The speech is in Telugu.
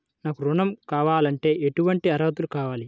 నాకు ఋణం కావాలంటే ఏటువంటి అర్హతలు కావాలి?